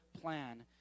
plan